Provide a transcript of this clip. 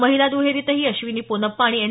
महिला दुहेरीतही अश्विनी पोनप्पा आणि एन